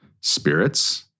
spirits